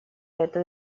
эту